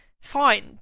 fine